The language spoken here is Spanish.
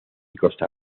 costa